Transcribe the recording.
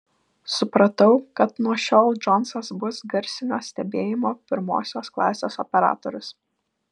supratau kad nuo šiol džonsas bus garsinio stebėjimo pirmosios klasės operatorius